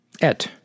et